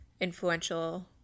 influential